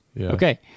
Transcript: okay